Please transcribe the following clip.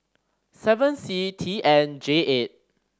seven C T N J eight